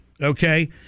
Okay